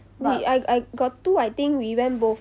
wait I I got two I think we went both